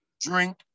drink